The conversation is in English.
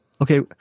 Okay